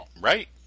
right